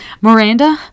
Miranda